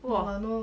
!wah!